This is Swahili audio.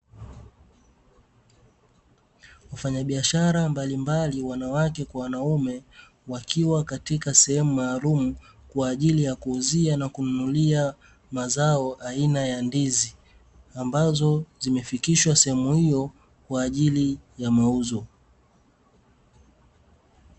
Wafanyabiashara mbalimbali wanawake kwa wanaume wakiwa katika sehemu maalumu kwa ajili ya kuuzia na kununulia mazao aina ya ndizi, ambazo zimefikishwa sehemu hiyo kwa ajili ya mauzo.